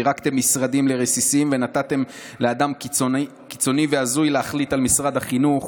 פירקתם משרדים לרסיסים ונתתם לאדם קיצוני והזוי להחליט על משרד החינוך.